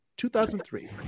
2003